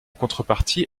contrepartie